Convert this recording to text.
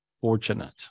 fortunate